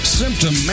symptom